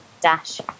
dash